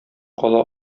кала